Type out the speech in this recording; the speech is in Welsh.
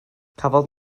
cafodd